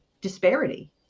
disparity